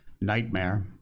nightmare